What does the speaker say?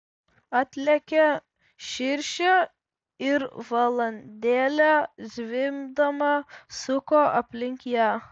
atlėkė širšė ir valandėlę zvimbdama suko aplink ją